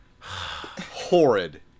horrid